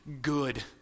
good